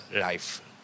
life